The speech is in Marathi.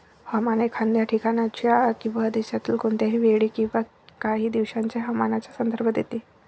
हवामान एखाद्या ठिकाणाच्या किंवा देशातील कोणत्याही वेळी किंवा काही दिवसांच्या हवामानाचा संदर्भ देते